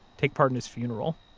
take part in his funeral.